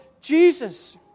Jesus